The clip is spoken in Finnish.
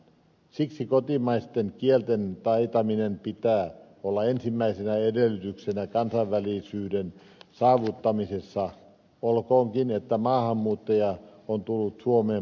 siksi kotimaisten kielten taitamisen pitää olla ensimmäisenä edellytyksenä kansalaisuuden saavuttamisessa olkoonkin että maahanmuuttaja on tullut suomeen pakolaisena